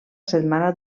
setmana